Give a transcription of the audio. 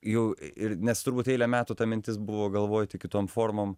jau ir nes turbūt eilę metų ta mintis buvo galvoj tik kitom formom